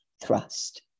thrust